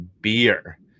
Beer